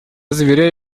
заверяю